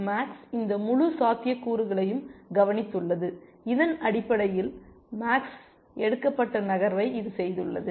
maths இந்த முழு சாத்தியக்கூறுகளையும் கவனித்துள்ளது இதன் அடிப்படையில் மேக்ஸ் எடுக்கப்பட்ட நகர்வை இது செய்துள்ளது